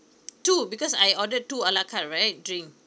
two because I ordered two ala carte right drink